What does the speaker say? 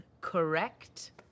correct